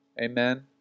Amen